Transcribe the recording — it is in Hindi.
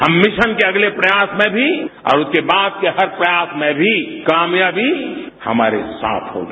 हम मिशन के अगले प्रयास में भी और उसके बाद के हर प्रयास में भी कामयाबी हमारे साथ होगी